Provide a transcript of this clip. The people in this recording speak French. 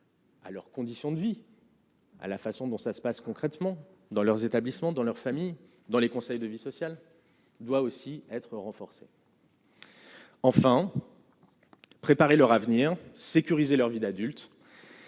à leurs conditions de vie. à la façon dont ça se passe concrètement dans leurs établissements dans leur famille, dans les conseils de vie sociale doit aussi être renforcée. Enfin, préparer leur avenir sécuriser leur vie d'adulte.